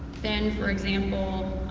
then for example,